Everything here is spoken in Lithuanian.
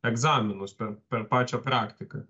egzaminus per per pačią praktiką